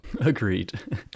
Agreed